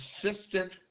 consistent